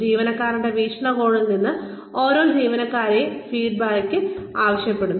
ജീവനക്കാരന്റെ വീക്ഷണകോണിൽ നിന്ന് ഓരോ ജീവനക്കാരനും ഫീഡ്ബാക്ക് ആഗ്രഹിക്കുന്നു